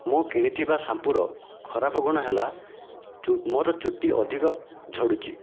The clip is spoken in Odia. ମୁଁ କିଣିଥିବା ସାମ୍ପୁର ଖରାପ ଗୁଣ ହେଲା ମୋର ଚୁଟି ଅଧିକ ଝଡ଼ୁଛି